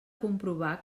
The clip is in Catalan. comprovar